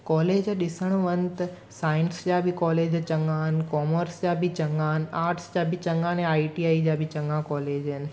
college ॾिसणु वञु त साइंस जा बि कॉलेज चङा आहिनि कॉमर्स जा बि चङा आहिनि आर्ट्स जा बि चङा आहिनि ऐं आई टी आई जा बि चङा कॉलेज आहिनि